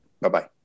Bye-bye